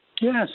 Yes